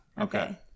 Okay